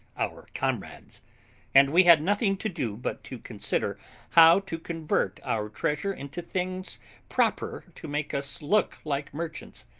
our comrades and we had nothing to do but to consider how to convert our treasure into things proper to make us look like merchants,